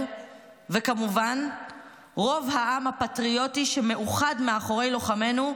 וכמובן רוב העם הפטריוטי שמאוחד מאחורי לוחמינו,